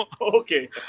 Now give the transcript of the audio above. Okay